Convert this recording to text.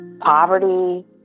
Poverty